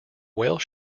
whale